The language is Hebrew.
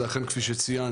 ואכן כפי שציינת,